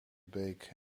beek